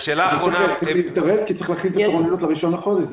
צריך להזדרז כי צריך להכין את התורנויות ל-1 לחודש.